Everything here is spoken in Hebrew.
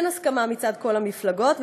אין הסכמה מצד כל המפלגות,